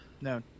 No